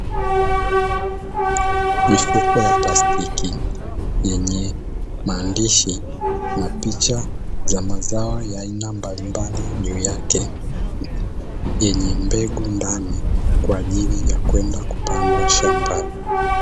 Mifuko ya plastiki yenye maandishi na picha ya mazao ya aina mbalimbali juu yake, yenye mbegu ndani kwa ajili ya kwenda kupandwa shambani.